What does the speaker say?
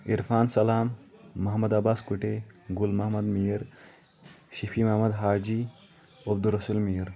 عرفان سَلام محمد عباس کُٹے گُل محمد میٖر شفیع محمد حاجی عبدُل رسول میٖر